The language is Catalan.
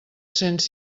cents